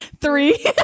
Three